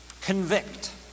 convict